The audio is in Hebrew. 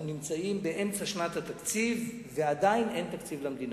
אנחנו נמצאים באמצע שנת התקציב ועדיין אין תקציב למדינה.